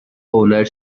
owner